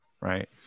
right